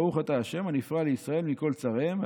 ברוך אתה ה' הנפרע לישראל מכל צריהם,